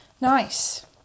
Nice